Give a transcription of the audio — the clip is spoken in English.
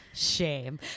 Shame